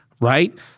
right